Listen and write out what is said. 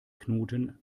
knoten